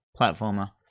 Platformer